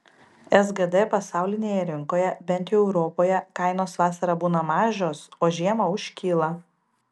sgd pasaulinėje rinkoje bent jau europoje kainos vasarą būna mažos o žiemą užkyla